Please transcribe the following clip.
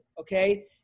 okay